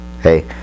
hey